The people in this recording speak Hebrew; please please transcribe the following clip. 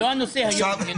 זה לא הנושא היום, ינון.